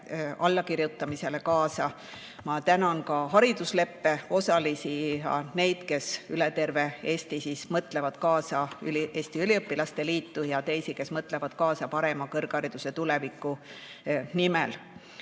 allakirjutamisele kaasa. Ma tänan ka haridusleppe osalisi, neid, kes üle terve Eesti kaasa mõtlevad, Eesti üliõpilaste liitu ja teisi, kes mõtlevad kaasa kõrghariduse parema tuleviku nimel.